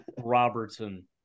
Robertson